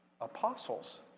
Apostles